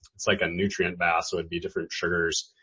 it's like a nutrient bath so it'd be different sugars,